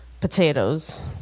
potatoes